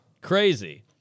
Crazy